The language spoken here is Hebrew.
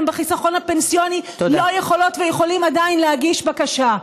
בחיסכון הפנסיוני לא יכולות ויכולים עדיין להגיש בקשה.